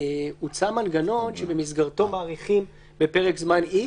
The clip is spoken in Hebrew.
הוצע מנגנון שבמסגרתו מאריכים בפרק זמן X,